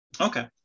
Okay